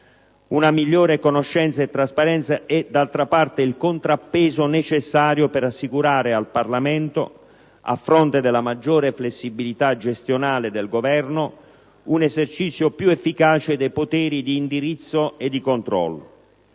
Una migliore conoscenza e trasparenza sono d'altra parte il contrappeso necessario per assicurare al Parlamento, a fronte della maggiore flessibilità gestionale del Governo, un esercizio più efficace dei poteri di indirizzo e controllo.